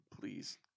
Please